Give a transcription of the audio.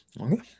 Okay